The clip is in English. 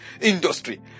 industry